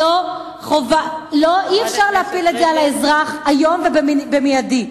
לא, אי-אפשר להפיל את זה על האזרח היום ובמיידי.